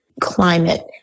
climate